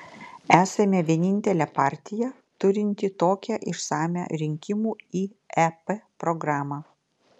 esame vienintelė partija turinti tokią išsamią rinkimų į ep programą